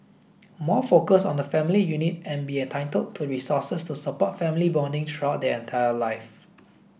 more focus on the family unit and be entitled to resources to support family bonding throughout their entire life